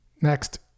Next